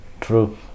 True